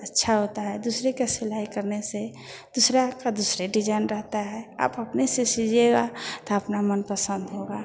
अच्छा होता है दुसरे की सिलाई करने से दूसरे का दुसरे डिजाईन रहता है आप अपने से सीइएगा तो अपना मनपसंद होगा